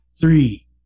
three